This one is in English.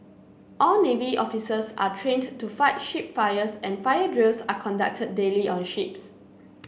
all navy officers are trained to fight ship fires and fire drills are conducted daily on ships